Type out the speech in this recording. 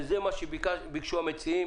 זה מה שביקשו המציעים